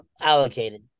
allocated